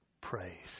praise